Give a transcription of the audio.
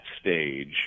stage